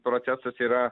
procesas yra